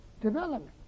development